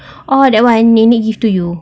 oh that one nenek give to you